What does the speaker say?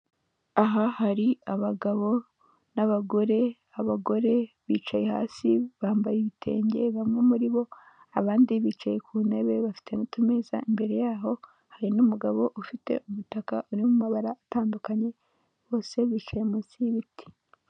Aha hari abagabo n'abagore, abagore bicaye hasi bambaye ibitenge bamwe muribo abandi bicaye ku ntebe bafite n'utumeza imbere yaho hari n'umugabo ufite umutaka uri mu mabara atandukanye bose bicaye munsi y'ibiti.